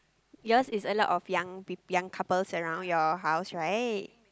yours is a lot of young people young couples around your house right